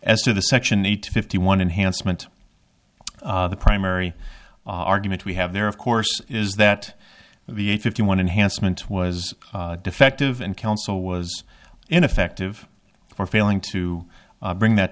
as to the section eight fifty one enhanced meant the primary argument we have there of course is that the a fifty one enhanced meant was defective and counsel was ineffective for failing to bring that